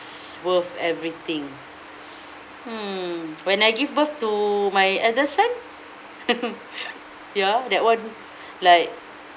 worth everything hmm when I give birth to my elder son ya that one like